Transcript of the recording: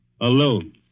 alone